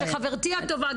שחברתי הטובה,